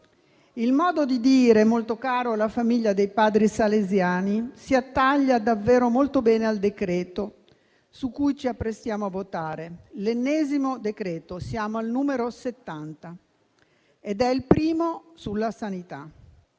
Il modo di dire, molto caro alla famiglia dei Padri salesiani, si attaglia davvero molto bene al decreto-legge che ci apprestiamo a votare. È l'ennesimo decreto (siamo al numero settanta), ed è il primo sulla sanità.